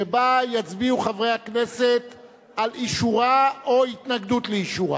שבה יצביעו חברי הכנסת על אישורה או התנגדות לאישורה.